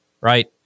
right